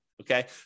Okay